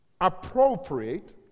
appropriate